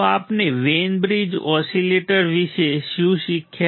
તો આપણે Wien bridge oscillator વિશે શું શીખ્યા